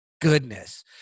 goodness